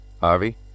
Harvey